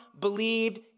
believed